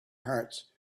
hearts